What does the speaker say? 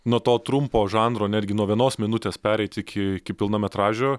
nuo to trumpo žanro netgi nuo vienos minutės pereit iki iki pilnametražio